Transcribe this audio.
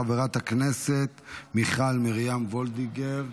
חברת הכנסת מיכל מרים וולדיגר,